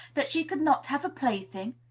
that she could not have a plaything!